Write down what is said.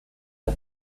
the